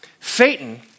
Satan